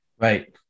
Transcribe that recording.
right